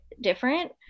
different